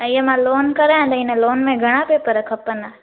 ऐं मां ईअ लोन करायां त हिन लोन में घणा पेपर खपनि